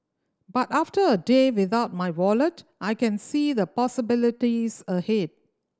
but after a day without my wallet I can see the possibilities ahead